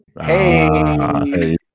Hey